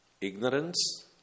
ignorance